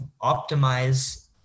optimize